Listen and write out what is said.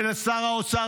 ולשר האוצר